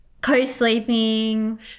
co-sleeping